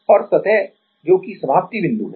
और सतह जो कि समाप्ति बिंदु है